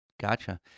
Gotcha